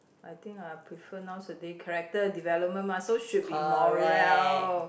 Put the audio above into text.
I think I prefer nowadays character development mah so should be moral